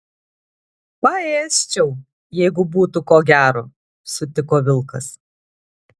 paėsčiau jeigu būtų ko gero sutiko vilkas